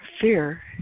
fear